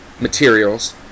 materials